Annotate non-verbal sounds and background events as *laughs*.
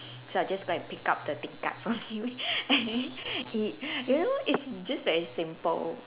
so I just go and pick up the tingkat from him *laughs* y~ you know it's just very simple